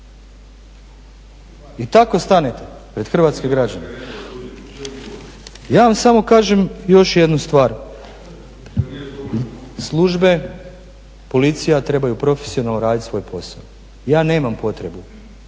I tako stanete pred hrvatske građane. Ja vam samo kažem još jednu stvar, službe, Policija trebaju profesionalno radit svoj posao. Ja nemam potrebu